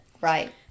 Right